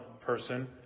person